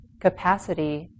capacity